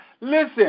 listen